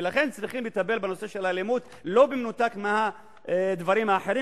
ולכן צריכים לטפל בנושא של האלימות לא במנותק מהדברים האחרים.